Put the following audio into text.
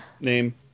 Name